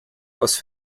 aus